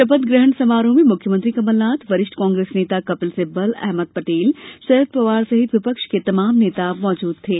शपथ ग्रहण समारोह में मुख्यमंत्री कमलनाथ वरिष्ठ कांग्रेस नेता कपिल सिब्बल अहमद पटेल शरद पवार सहित विपक्ष के तमाम नेता मौजूद थे